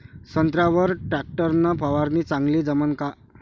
संत्र्यावर वर टॅक्टर न फवारनी चांगली जमन का?